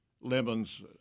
lemons